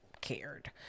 cared